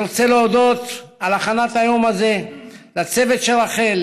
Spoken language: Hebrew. אני רוצה להודות על הכנת היום הזה לצוות של רח"ל,